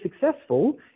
successful